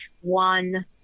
one